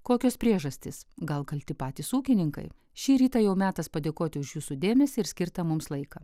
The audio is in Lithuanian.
kokios priežastys gal kalti patys ūkininkai šį rytą jau metas padėkoti už jūsų dėmesį ir skirtą mums laiką